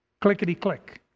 clickety-click